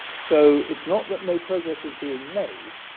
so it's not that no progress is being made,